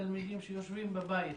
תלמידים שיושבים בבית,